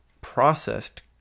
processed